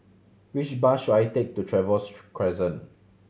which bus should I take to Trevose Crescent